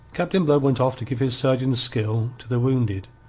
captain blood went off to give his surgeon's skill to the wounded,